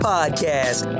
Podcast